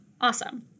awesome